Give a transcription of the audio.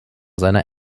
seiner